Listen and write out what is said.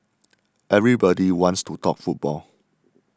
everybody wants to talk football